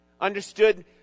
understood